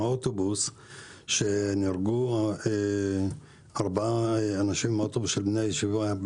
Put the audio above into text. עם האוטובוס שנהרגו 4 אנשים באוטובוס של בני ישיבה,